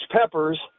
Peppers